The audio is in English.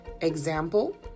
Example